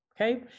okay